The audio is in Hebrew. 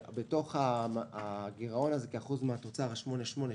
בתוך הגירעון הזה כאחוז מהתוצר, ה-8.8,